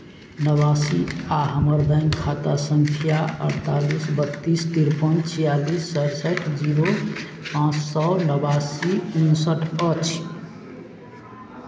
नबासी आ हमर बैंक खाता सङ्ख्या अड़तालीस बत्तीस तिरपन छियालिस सरसठि जीरो पाँच सए नबासी उनसठि अछि